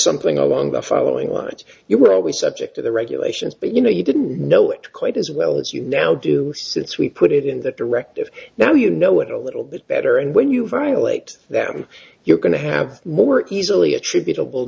something along the following lines you were always subject to the regulations but you know you didn't know it quite as well as you now do since we put it in that directive now you know it a little bit better and when you violate that and you're going to have more easily attributable